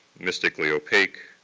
mystically opaque,